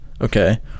Okay